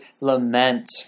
lament